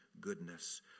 goodness